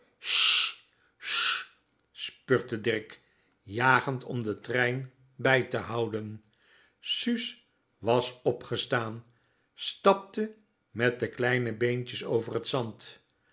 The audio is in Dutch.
dirk jagend om den trein bij te houden suus was opgestaan stapte met de kleine beentjes over t zand